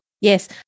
Yes